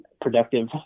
Productive